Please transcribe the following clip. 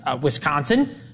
Wisconsin